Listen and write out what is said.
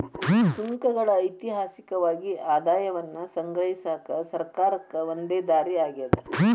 ಸುಂಕಗಳ ಐತಿಹಾಸಿಕವಾಗಿ ಆದಾಯವನ್ನ ಸಂಗ್ರಹಿಸಕ ಸರ್ಕಾರಕ್ಕ ಒಂದ ದಾರಿ ಆಗ್ಯಾದ